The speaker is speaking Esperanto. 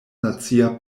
nacia